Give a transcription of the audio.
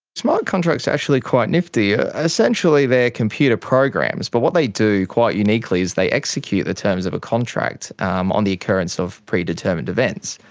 smart contracts are actually quite nifty. ah essentially they are computer programs, but what they do, quite uniquely, is they execute the terms of a contract um on the occurrence of predetermined events.